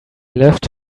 left